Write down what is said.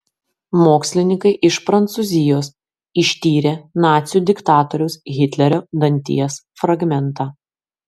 mokslininkai iš prancūzijos ištyrė nacių diktatoriaus hitlerio danties fragmentą